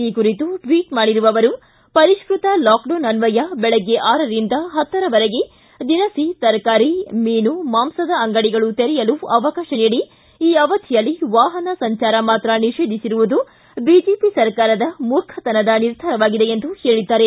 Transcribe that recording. ಈ ಕುರಿತು ಟ್ವಿಚ್ ಮಾಡಿರುವ ಅವರು ಪರಿಷ್ಕೃತ ಲಾಕ್ಡೌನ್ ಅನ್ವಯ ಬೆಳಗ್ಗೆ ಆರರಿಂದ ಹತ್ತರವರೆಗೆ ದಿನಸಿ ತರಕಾರಿ ಮೀನು ಮಾಂಸದ ಅಂಗಡಿಗಳು ತೆರೆಯಲು ಅವಕಾಶ ನೀಡಿ ಈ ಅವಧಿಯಲ್ಲಿ ವಾಹನ ಸಂಚಾರ ಮಾತ್ರ ನಿಷೇಧಿಸಿರುವುದು ಬಿಜೆಪಿ ಸರ್ಕಾರದ ಮೂರ್ಖತನದ ನಿರ್ಧಾರವಾಗಿದೆ ಎಂದು ಹೇಳಿದ್ದಾರೆ